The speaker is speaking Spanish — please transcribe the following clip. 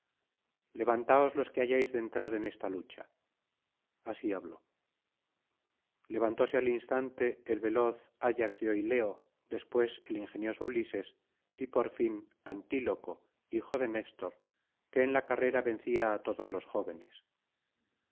levantaos los que hayáis de entrar en esta lucha así habló iyevantóse al instante el veloz ayax de oileo después el ingenioso ulises y por fin antíloco hijo de néstor que en la carrera vencía á todos los jóvenes